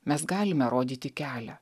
mes galime rodyti kelią